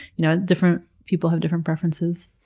you know, different people have different preferences.